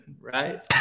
right